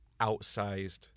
outsized